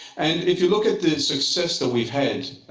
and if you look at the success that we've had,